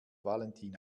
valentin